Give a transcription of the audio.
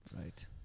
Right